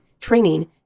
training